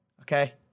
okay